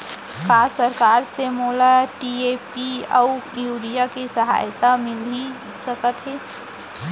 का सरकार से मोला डी.ए.पी अऊ यूरिया के सहायता मिलिस सकत हे?